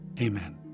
Amen